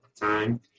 time